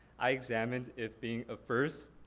i examined if being a first,